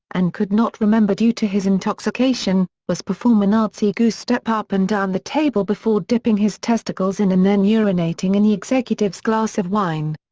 and could not remember due to his intoxication, was perform a nazi goose-step up and down the table before dipping his testicles in and then urinating in the executive's glass of wine.